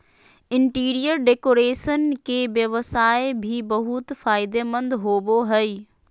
interior decoration के व्यवसाय भी बहुत फायदेमंद होबो हइ